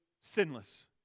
sinless